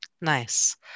Nice